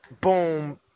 boom